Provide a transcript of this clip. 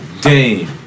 Dane